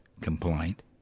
complaint